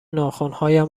ناخنهایم